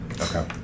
Okay